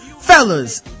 fellas